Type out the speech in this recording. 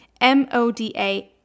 moda